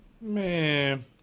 Man